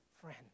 friend